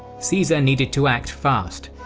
caesar needed to act fast.